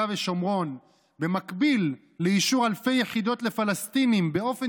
ושומרון במקביל לאישור אלפי יחידות לפלסטינים באופן